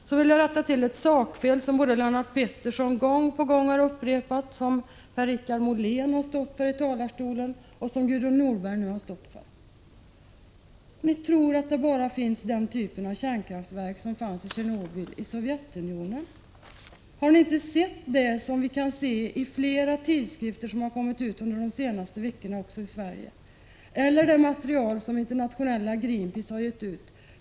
Sedan vill jag rätta till ett sakfel som Lennart Pettersson gång på gång har upprepat och som både Per-Richard Molén och Gudrun Norberg har stått för häri debatten. Ni tror att den typ av kärnkraftverk som finns i Tjernobyl bara finns i Sovjetunionen. Har ni inte läst det som rapporterats under de senaste veckorna i flera tidningar också i Sverige eller det material som internationella Greenpeace har gett ut?